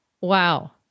Wow